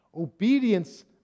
Obedience